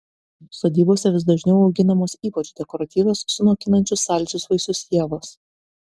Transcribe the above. sodybose vis dažniau auginamos ypač dekoratyvios sunokinančios saldžius vaisius ievos